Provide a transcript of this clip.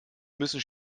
müssen